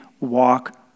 walk